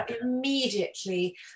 immediately